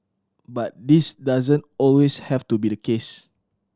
but this doesn't always have to be the case